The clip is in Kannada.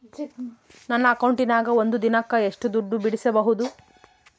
ನನ್ನ ಅಕೌಂಟಿನ್ಯಾಗ ಒಂದು ದಿನಕ್ಕ ಎಷ್ಟು ದುಡ್ಡು ಬಿಡಿಸಬಹುದು?